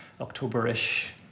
October-ish